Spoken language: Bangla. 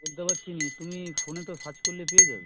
বলতে পারছি না তুমি ফোনে তো সার্চ করলে পেয়ে যাবে